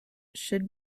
should